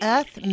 Earth